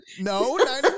No